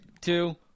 two